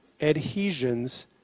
adhesions